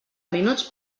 minuts